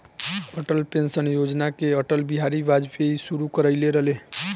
Atal pension योजना के अटल बिहारी वाजपयी शुरू कईले रलें